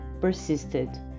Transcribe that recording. persisted